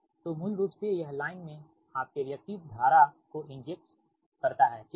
तो मूल रूप से यह लाइन में आपके रिएक्टिव धारा को इंजेक्ट्स करता हैठीक है